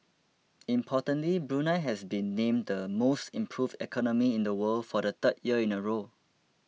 importantly Brunei has been named the most improved economy in the world for the third year in a row